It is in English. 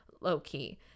low-key